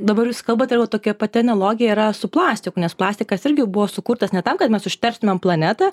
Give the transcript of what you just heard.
dabar jūs kalbat ir va tokia pati analogija yra su plastiku nes plastikas irgi buvo sukurtas ne tam kad mes užterštumėm planetą